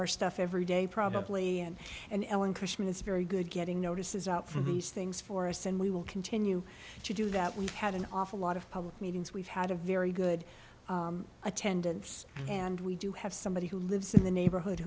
our stuff every day probably and and ellen christmas very good getting notices out for these things for us and we will continue to do that we've had an awful lot of public meetings we've had a very good attendance and we do have somebody who lives in the neighborhood